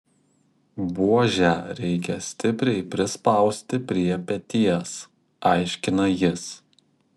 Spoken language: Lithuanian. buožę reikia stipriai prispausti prie peties aiškina jis